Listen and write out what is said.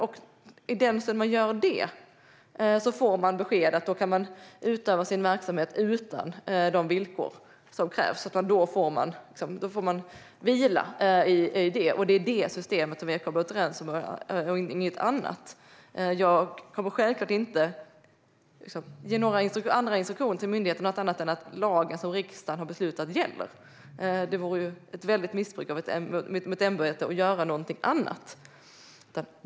I den stund de gör det får de besked att de då kan utöva sin verksamhet utan de villkor som krävs. Då får de vila i det. Det är det systemet vi har kommit överens om och inget annat. Jag kommer självklart inte att ge några andra instruktioner till myndigheten än att lagen som riksdagen har beslutat om gäller. Det vore ett väldigt missbruk av mitt ämbete att göra någonting annat.